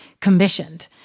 commissioned